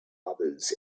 others